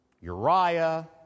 Uriah